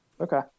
Okay